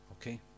Okay